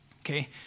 okay